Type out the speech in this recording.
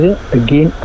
again